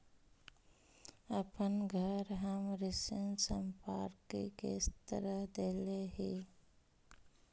अपन घर हम ऋण संपार्श्विक के तरह देले ही